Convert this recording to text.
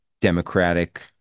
democratic